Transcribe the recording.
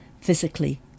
Physically